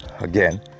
again